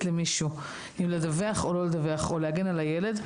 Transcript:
למישהו אם לדווח או לא לדווח או להגן על הילד.